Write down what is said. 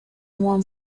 one